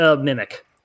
Mimic